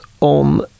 on